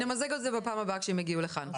נמזג את זה בפעם הבאה כשהן יגיעו לכאן.